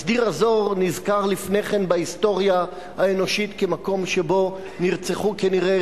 אז דיר-א-זור נזכר לפני כן בהיסטוריה האנושית כמקום שבו נרצחו כנראה